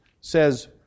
says